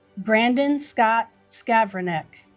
brandon scott skavroneck